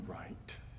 right